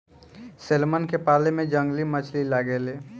salmon के पाले में जंगली मछली लागे ले